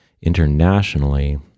internationally